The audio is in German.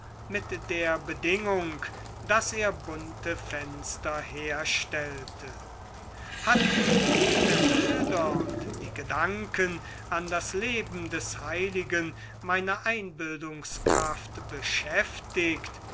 mit der bedingung daß er bunte fenster herstellte hatten jene bilder und die gedanken an das leben des heiligen meine einbildungskraft beschäftigt